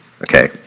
okay